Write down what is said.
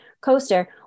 coaster